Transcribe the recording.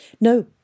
No